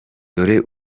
dore